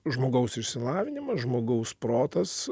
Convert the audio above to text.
žmogaus išsilavinimas žmogaus protas